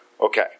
okay